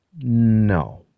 No